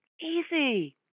Easy